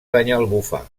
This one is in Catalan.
banyalbufar